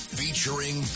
featuring